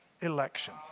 election